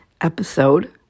Episode